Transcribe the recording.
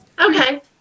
Okay